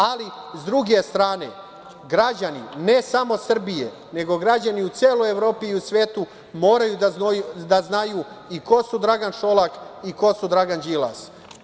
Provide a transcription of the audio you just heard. Ali, s druge strane, građani ne samo Srbije, nego građani u celoj Evropi i u svetu moraju da znaju i ko je Dragan Šolak i ko je Dragan Đilas.